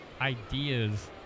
ideas